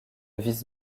vice